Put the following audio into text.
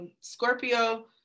Scorpio